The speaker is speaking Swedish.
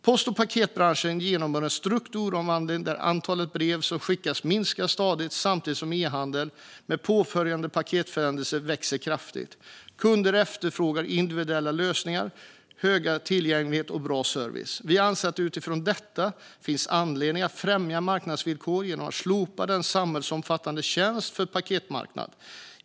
Post och paketbranschen genomgår en strukturomvandling där antalet brev som skickas minskar stadigt samtidigt som e-handeln med påföljande paketförsändelser växer kraftigt. Kunder efterfrågar individuella lösningar, stor tillgänglighet och bra service. Vi anser att det utifrån detta finns anledning att främja marknadsvillkoren genom att slopa den samhällsomfattande tjänsten för paketmarknaden.